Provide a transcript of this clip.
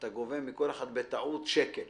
ואתה גובה מכל אחד בטעות שקל,